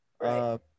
Right